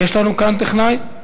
יש לנו כאן טכנאי?